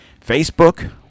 Facebook